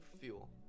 Fuel